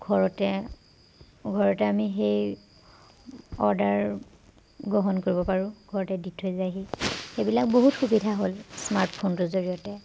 ঘৰতে ঘৰতে আমি সেই অৰ্ডাৰ গ্ৰহণ কৰিব পাৰোঁ ঘৰতে দি থৈ যায়হি সেইবিলাক বহুত সুবিধা হ'ল স্মৰ্টফোনটোৰ জৰিয়তে